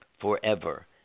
forever